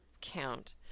count